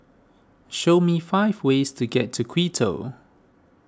show me five ways to get to Quito